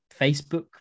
facebook